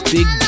Big